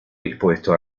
dispuesto